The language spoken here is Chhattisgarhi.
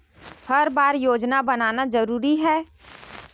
हर बार योजना बनाना जरूरी है?